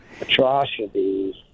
atrocities